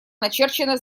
начерчена